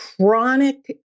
chronic